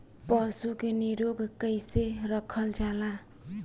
पशु के निरोग कईसे रखल जाला?